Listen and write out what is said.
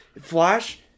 Flash